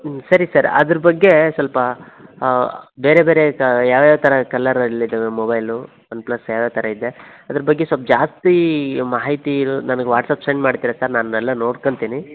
ಹ್ಞೂ ಸರಿ ಸರ್ ಅದ್ರ ಬಗ್ಗೆ ಸ್ವಲ್ಪ ಬೇರೆ ಬೇರೆ ತ ಯಾವ್ಯಾವ ಥರ ಕಲರಲ್ಲಿ ಇದ್ದಾವೆ ಮೊಬೈಲು ಒನ್ಪ್ಲಸ್ ಯಾವ್ಯಾವ ಥರ ಇದೆ ಅದ್ರ ಬಗ್ಗೆ ಸ್ವಲ್ಪ ಜಾಸ್ತಿ ಮಾಹಿತಿ ಇಲ್ಲಿ ನನಗೆ ವಾಟ್ಸ್ಅಪ್ ಸೆಂಡ್ ಮಾಡ್ತೀರ ಸರ್ ನಾನು ಎಲ್ಲ ನೋಡ್ಕಂತೀನಿ